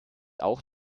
auch